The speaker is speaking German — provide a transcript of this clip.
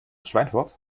schweinfurt